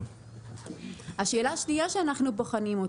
השאלה השנייה שאנחנו בוחנים: